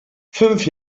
fünf